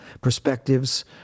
perspectives